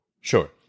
Sure